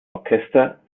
orchester